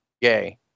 gay